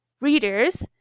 readers